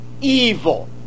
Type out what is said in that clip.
evil